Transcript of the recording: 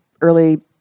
early